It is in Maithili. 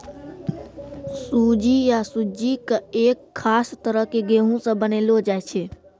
सूजी या सुज्जी कॅ एक खास तरह के गेहूँ स बनैलो जाय छै